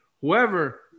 whoever